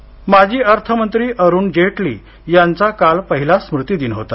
जेटली माजी अर्थमंत्री अरुण जेटली यांचा काल पहिला स्मृती दिन होता